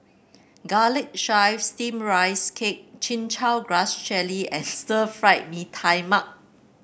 Garlic Chives Steamed Rice Cake Chin Chow Grass Jelly and Stir Fry Mee Tai Mak